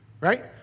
right